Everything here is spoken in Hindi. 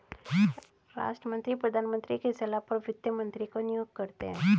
राष्ट्रपति प्रधानमंत्री की सलाह पर वित्त मंत्री को नियुक्त करते है